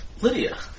Lydia